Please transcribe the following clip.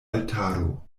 altaro